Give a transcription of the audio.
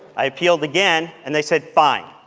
i appealed again, and they said fine,